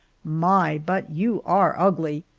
my, but you are ugly!